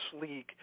league